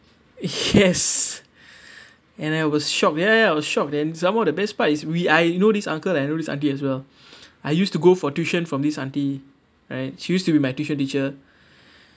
yes and I was shocked ya ya I was shocked then some more the best part is we I know this uncle and I know this auntie as well I used to go for tuition from this auntie right she used to be my tuition teacher